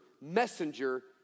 messenger